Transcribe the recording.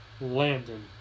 Landon